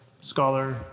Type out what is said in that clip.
scholar